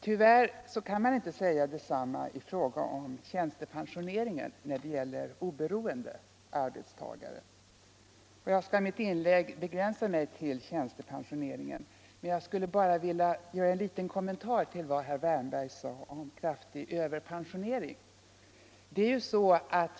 Tyvärr kan man inte säga detsamma i fråga om tjänstepensioneringen för oberoende arbetstagare. Jag skall begränsa mitt inlägg till tjänstepensioneringen, men jag skulle ändå vilja göra en liten kommentar till vad herr Wärnberg sade om kraftig överpensionering.